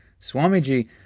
Swamiji